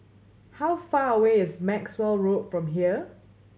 how far away is Maxwell Road from here